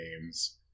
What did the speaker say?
games